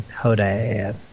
Hodad